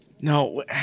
No